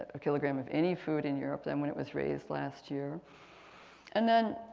a kilogram of any food in europe than when it was raised last year and then,